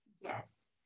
Yes